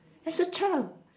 as a child